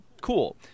Cool